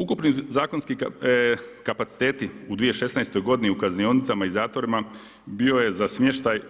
Ukupni zakonski kapaciteti u 2016. godini u kaznionicama i zatvorima bio je za smještaj